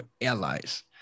allies